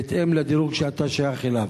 בהתאם לדירוג שאתה שייך אליו.